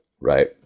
right